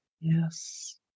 Yes